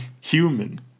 human